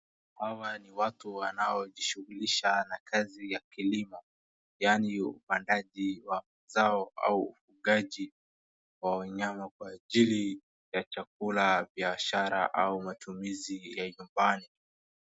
Hawa ni watu wanaojishughulisha na kazi ya kilimo yani upandaji wa mazao au ufugaji wa wanyama kwa ajili ya chakula, biashara au matumizi ya nyumbani.